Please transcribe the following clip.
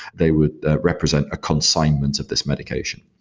they would represent a consignment of this medication.